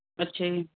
ਅੱਛਾ ਜੀ